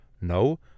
No